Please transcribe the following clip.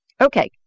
Okay